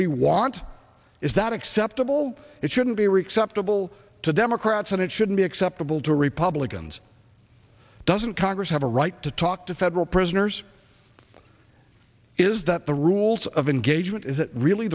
we want is that acceptable it shouldn't be ric's up double to democrats and it shouldn't be acceptable to republicans doesn't congress have a right to talk to federal prisoners is that the rules of engagement is that really